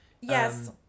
Yes